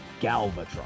Galvatron